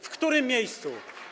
W którym miejscu?